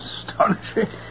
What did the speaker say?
Astonishing